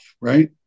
right